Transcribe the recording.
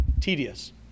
Tedious